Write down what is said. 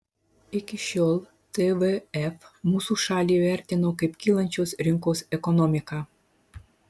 iki šiol tvf mūsų šalį vertino kaip kylančios rinkos ekonomiką